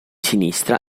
sinistra